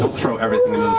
throw everything